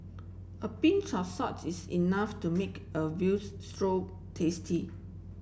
a pinch of salts is enough to make a veal stew tasty